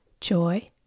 joy